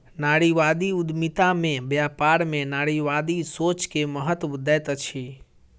नारीवादी उद्यमिता में व्यापार में नारीवादी सोच के महत्त्व दैत अछि